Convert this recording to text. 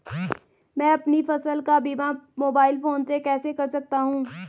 मैं अपनी फसल का बीमा मोबाइल फोन से कैसे कर सकता हूँ?